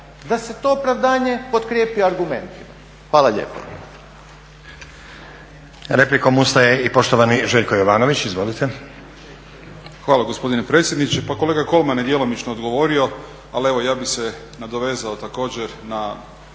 da se to opravdanje potkrijepi argumentima. Hvala lijepa.